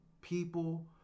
people